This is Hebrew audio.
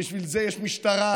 בשביל זה יש משטרה,